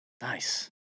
Nice